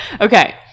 Okay